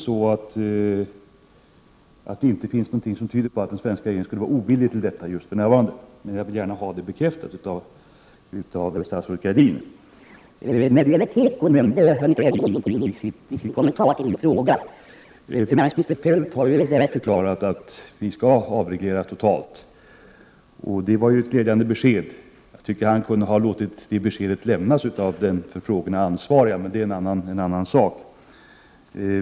Såvitt jag förstår är den svenska regeringen inte ovillig till detta för närvarande, men jag vill gärna ha det bekräftat av statsrådet Gradin. När det gäller teko nämnde Anita Gradin ingenting i sin kommentar till min fråga. Finansminister Feldt har ju förklarat att vi skall avreglera totalt på tekoområdet. Det var ju ett glädjande besked. Han kunde ha låtit det beskedet lämnas av den för frågorna ansvariga, men det är en annan sak.